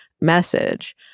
message